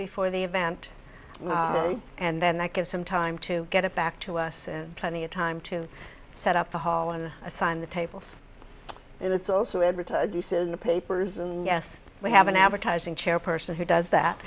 before the event and then that gives some time to get it back to us plenty of time to set up the hall and assign the tables and it's also edited to sit in the papers and yes we have an advertising chairperson who does that